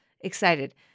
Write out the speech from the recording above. excited